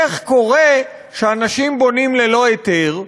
איך קורה שאנשים בונים ללא היתר?